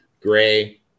Gray